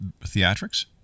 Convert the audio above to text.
theatrics